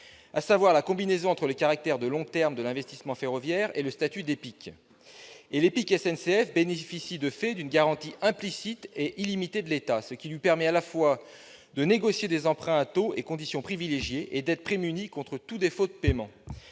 par la combinaison du caractère de long terme de l'investissement ferroviaire et du statut d'EPIC. De fait, l'EPIC SNCF bénéficie d'une « garantie implicite et illimitée de l'État », ce qui lui permet à la fois de négocier des emprunts à taux et à conditions privilégiés et d'être prémuni contre tout défaut de paiement.